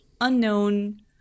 unknown